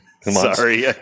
Sorry